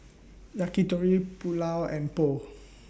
Yakitori Pulao and Pho